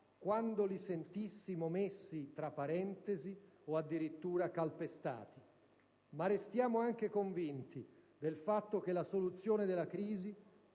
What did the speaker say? quando li sentissimo messi tra parentesi o addirittura calpestati. Ma restiamo anche convinti del fatto che la soluzione della crisi